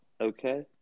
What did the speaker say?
okay